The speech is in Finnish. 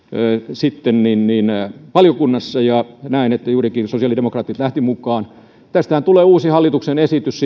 sitten tuolla valiokunnassa ja näen että juurikin sosiaalidemokraatit lähtivät mukaan tästä hiilijutustahan tulee uusi hallituksen esitys